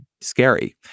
scary